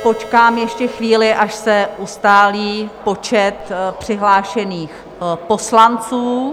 Počkám ještě chvíli, až se ustálí počet přihlášených poslanců.